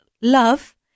love